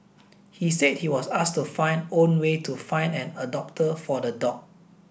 he said he was asked to find own way to find an adopter for the dog